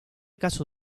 caso